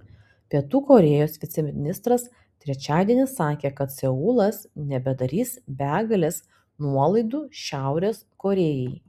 pietų korėjos viceministras trečiadienį sakė kad seulas nebedarys begalės nuolaidų šiaurės korėjai